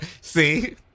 See